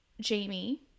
Jamie